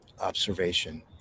observation